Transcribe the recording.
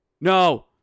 No